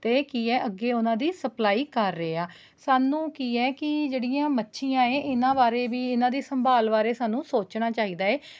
ਅਤੇ ਕੀ ਹੈ ਅੱਗੇ ਉਹਨਾਂ ਦੀ ਸਪਲਾਈ ਕਰ ਰਹੇ ਆ ਸਾਨੂੰ ਕੀ ਹੈ ਕਿ ਜਿਹੜੀਆਂ ਇਹ ਮੱਛੀਆਂ ਏ ਇਹਨਾਂ ਬਾਰੇ ਵੀ ਇਹਨਾਂ ਦੀ ਸੰਭਾਲ ਬਾਰੇ ਸਾਨੂੰ ਸੋਚਣਾ ਚਾਹੀਦਾ ਏ